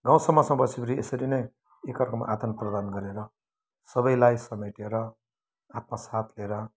गाउँ समाजमा बसीवरि यसरी नै एक अर्कामा आदान प्रदान गरेर सबैलाई समेटेर आत्मा साथ लिएर